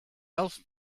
else